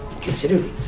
considerably